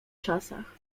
czasach